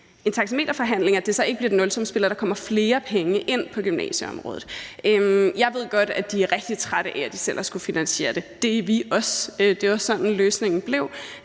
en taxameterforhandling, så ikke bliver et nulsumsspil, og at der kommer flere penge ind på gymnasieområdet. Jeg ved godt, at de er rigtig trætte af, at de selv har skullet finansiere det. Det er vi også. Det er jo sådan, løsningen blev,